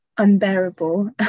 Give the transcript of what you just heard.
unbearable